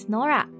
Nora